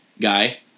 guy